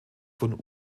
von